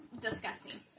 disgusting